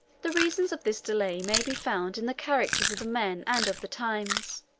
the reasons of this delay may be found in the characters of the men and of the times.